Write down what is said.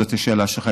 זאת השאלה שלך,